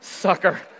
sucker